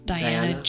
Diana